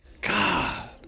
God